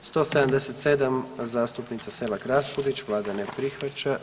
177, zastupnica Selak Raspudić, Vlada ne prihvaća.